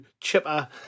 chipper